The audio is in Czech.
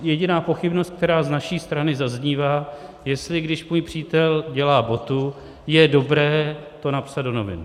Jediná pochybnost, která z naší strany zaznívá, jestli když můj přítel dělá botu, je dobré to napsat do novin.